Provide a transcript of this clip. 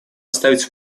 оставить